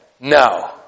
no